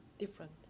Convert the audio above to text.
different